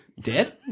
Dead